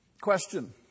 Question